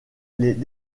les